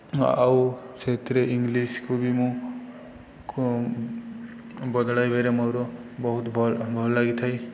ଆଉ ସେଥିରେ ଇଂଲିଶ୍କୁ ବି ମୁଁ ବଦଳାଇବାରେ ମୋର ବହୁତ ଭଲ ଲାଗିଥାଏ